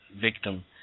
victim